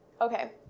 okay